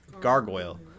Gargoyle